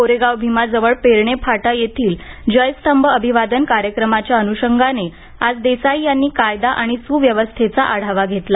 कोरेगाव भिमाजवळ पेरणे फाटा येथील जयस्तंभ अभिवादन कार्यक्रमाच्या अनुषंगाने आज देसाई यांनी कायदा आणि सुव्यवस्थेचा आढावा घेतला